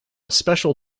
special